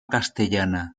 castellana